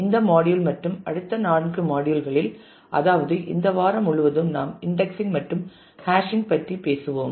இந்த மாடியுல் மற்றும் அடுத்த 4 மாடியுல்களில் அதாவது இந்த வாரம் முழுவதும் நாம் இன்டெக்ஸிங் மற்றும் ஹாஷிங் பற்றி பேசுவோம்